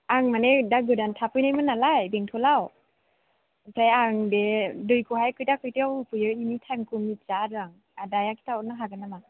आं माने दा गोदान थाफैनायमोन नालाय बेंथलाव ओमफ्राय आं बे दैखौहाय कैता कैतायाव होफैयो बिनि थाइमखौ मिथिया आरो आं आदाया खिथाहरनो हागोन नामा